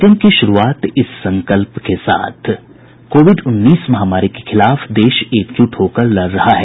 bulletin की शुरूआत इस संकल्प के साथ कोविड उन्नीस महामारी के खिलाफ देश एकजुट होकर लड़ रहा है